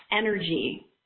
energy